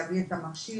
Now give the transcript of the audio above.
להביא את המכשיר.